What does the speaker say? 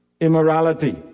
immorality